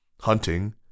Hunting